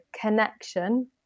connection